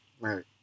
Right